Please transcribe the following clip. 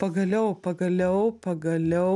pagaliau pagaliau pagaliau